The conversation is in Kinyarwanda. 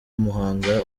muhanga